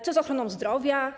Co z ochroną zdrowia?